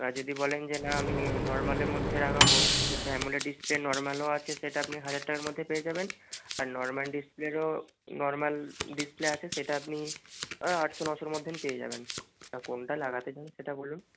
আর যদি বলেন যে না আমি নর্মালের মধ্যে লাগাবো যাতে অ্যামোল্ড ডিসপ্লে নর্মালও আছে সেটা আপনি হাজার টাকার মধ্যে পেয়ে যাবেন আর নর্মাল ডিসপ্লেরও নর্মাল ডিস্প্লে আছে সেটা আপনি আটশো নশোর মধ্যেন পেয়ে যাবেন তা কোনটা লাগাতে চান সেটা বলুন